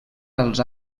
als